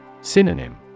Synonym